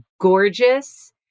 gorgeous